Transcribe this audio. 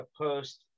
post